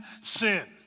sin